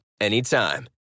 anytime